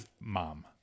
mom